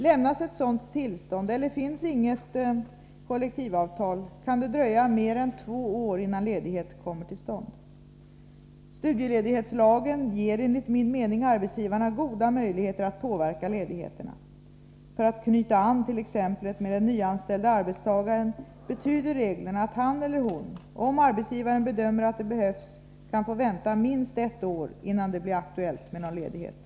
Lämnas ett sådant tillstånd eller finns inget kollektivavtal kan det dröja mer än två år innan ledigheten kommer till stånd. Studieledighetslagen ger enligt min mening arbetsgivarna goda möjligheter att påverka ledigheterna. För att knyta an till exemplet med den nyanställde arbetstagaren betyder reglerna att han eller hon, om arbetsgivaren bedömer att det behövs, kan få vänta minst ett år innan det blir aktuellt med någon ledighet.